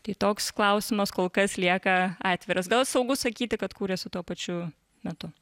tai toks klausimas kol kas lieka atviras gal saugu sakyti kad kūrėsi tuo pačiu metu